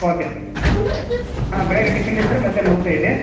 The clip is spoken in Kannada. ಓಕೆ ಸರ್ ಹಾಂ ಬೆಳಿಗ್ಗೆ ಟಿಫಿನ್ ಇತ್ತು ಸರ್ ಮಧ್ಯಾಹ್ನ ಊಟ ಇದೆ